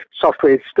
software